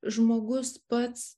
žmogus pats